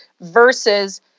versus